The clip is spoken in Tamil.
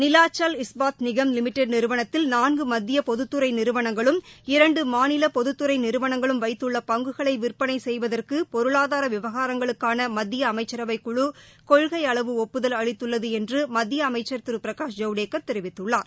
நீவாச்சல் இஸ்பாத் நிகம் லிமடெட் நிறுவனத்தில் நான்கு மத்திய பொதுத்துறை நிறுவனங்களும் இரண்டு மாநில பொதுத்துறை நிறுவனங்களும் வைத்துள்ள பங்குகளை விற்பனை செய்வதற்கு பொருளாதார விவகாரங்களுக்கான மத்திய அமைச்சரவை குழு கொள்கை அளவு ஒப்புதல் அளித்துள்ளது என்று மத்திய அமைச்சர் திரு பிரகாஷ் ஐவ்டேகர் தெரிவித்துள்ளார்